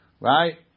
right